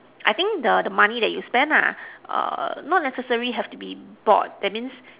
I think the the money that you spend nah err not necessary have to be bought that means